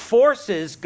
forces